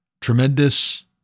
tremendous